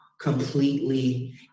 completely